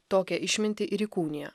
tokią išmintį ir įkūnija